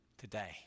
Today